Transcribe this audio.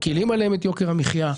מקלים עליהם את יוקר המחייה,